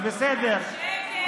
אז בסדר,